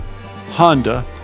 Honda